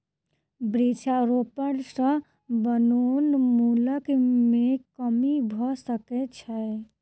वृक्षारोपण सॅ वनोन्मूलन मे कमी भ सकै छै